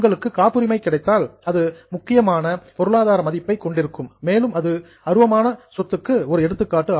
உங்களுக்கு காப்புரிமை கிடைத்தால் அது முக்கியமான எக்கனாமிக் வேல்யூ பொருளாதார மதிப்பை கொண்டிருக்கும் மேலும் அது அருவமான சொத்துக்கு ஒரு எடுத்துக்காட்டு ஆகும்